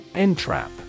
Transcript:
Entrap